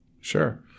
Sure